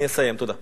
אני אסיים, תודה.